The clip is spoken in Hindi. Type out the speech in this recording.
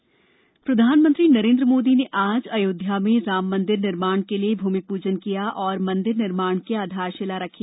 अयोध्या भूमिपूजन प्रधानमंत्री नरेन्द्र मोदी ने आज अयोध्या में राम मंदिर निर्माण के लिए भूमिपूजन किया और मंदिर निर्माण की आधारशिला रखी